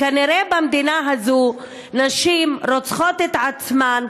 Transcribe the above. כנראה במדינה הזאת נשים רוצחות את עצמן,